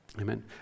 Amen